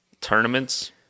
tournaments